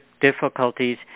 difficulties